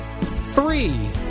three